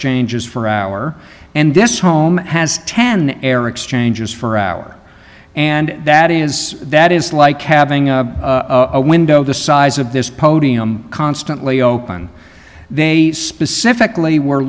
exchanges for our and this home has ten air exchanges for our and that is that is like having a window the size of this podium constantly open they specifically were